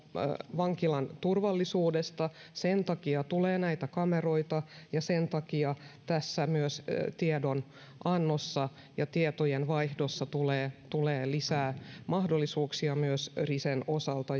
vankilan turvallisuudesta sen takia tulee näitä kameroita ja sen takia myös tiedonannossa ja tietojenvaihdossa tulee tulee lisää mahdollisuuksia myös risen osalta